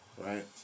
right